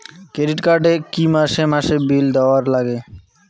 Credit card এ কি মাসে মাসে বিল দেওয়ার লাগে?